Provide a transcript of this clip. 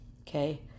Okay